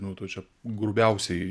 nu tu čia grubiausiai